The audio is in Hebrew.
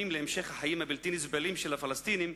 להמשך החיים הבלתי-נסבלים של הפלסטינים,